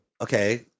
okay